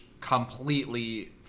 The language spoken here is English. completely